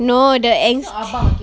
no the angst~